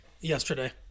yesterday